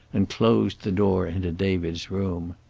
and closed the door into david's room.